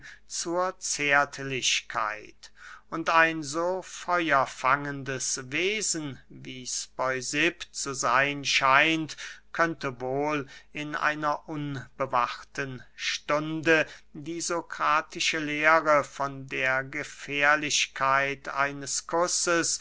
zur zärtlichkeit und ein so feuerfangendes wesen wie speusipp zu seyn scheint könnte wohl in einer unbewachten stunde die sokratische lehre von der gefährlichkeit eines kusses